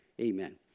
Amen